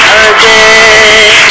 again